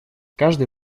каждый